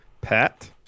Pat